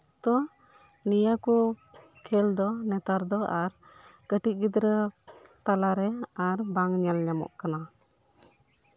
ᱛᱳ ᱱᱤᱭᱟᱹ ᱠᱚ ᱠᱷᱮᱞ ᱫᱚ ᱱᱮᱛᱟᱨ ᱫᱚ ᱟᱨ ᱠᱟᱹᱴᱤᱡ ᱜᱤᱫᱽᱨᱟᱹ ᱛᱟᱞᱟᱨᱮ ᱟᱨ ᱵᱟᱝ ᱧᱮᱞ ᱧᱟᱢᱚᱜ ᱠᱟᱱᱟ